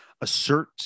assert